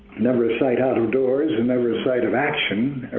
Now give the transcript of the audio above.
never a sight out of doors and never a sight of action